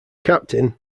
captain